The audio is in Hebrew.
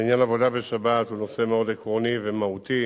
ועניין עבודה בשבת הוא נושא מאוד עקרוני ומהותי,